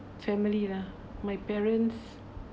family lah my parents